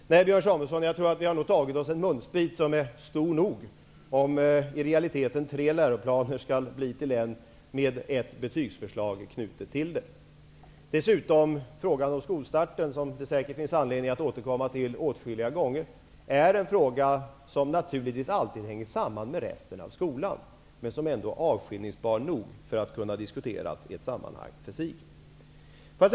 Nej, Björn Samuelson, jag tror att vi nog har tagit oss en munsbit som är stor nog om i realiteten tre läroplaner skall bli en och med ett betygsförslag knutet till den. Björn Samuelson frågar om skolstarten, vilken det säkert finns skäl att återkomma till åtskilliga gånger. Frågan hänger naturligtvis samman med resten av skolan, men den är ändå avskiljningsbar nog för att kunna diskuteras i ett sammanhang för sig.